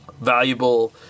valuable